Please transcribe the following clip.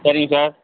சரிங்க சார்